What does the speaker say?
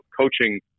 coaching